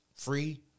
Free